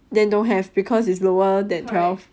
then don't have because it's lower than twelve